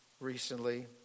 recently